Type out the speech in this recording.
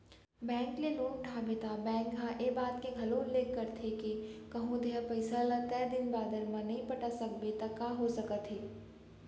bank ले loan उठाबे त बेंक ह ए बात के घलोक उल्लेख करथे के कहूँ तेंहा पइसा ल तय दिन बादर म नइ पटा सकबे त का हो सकत हे